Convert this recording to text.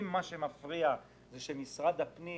אם מה שמפריע זה שמשרד הפנים